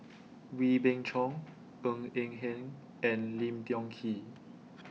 Wee Beng Chong Ng Eng Hen and Lim Tiong Ghee